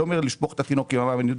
לשפוך את התינוק עם המים.